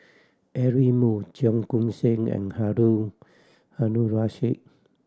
Eric Moo Cheong Koon Seng and Harun Aminurrashid